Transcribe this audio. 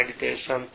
meditation